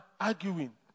arguing